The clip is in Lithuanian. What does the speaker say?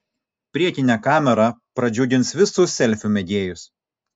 priekinė kamera pradžiugins visus selfių mėgėjus